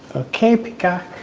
ah ok, peacock